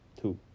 two